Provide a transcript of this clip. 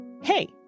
Hey